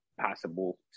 possible